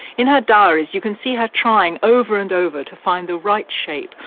in her diaries, you can see her trying over and over to find the right shape,